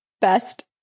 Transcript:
Best